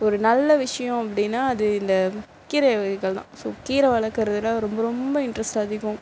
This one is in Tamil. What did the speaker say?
ஒரு நல்ல விஷ்யம் அப்படினா அது இந்த கீரை வகைகள்தான் ஸோ கீரை வளர்க்குறதுல ரொம்ப ரொம்ப இன்ட்ரஸ்ட் அதிகம்